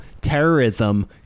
terrorism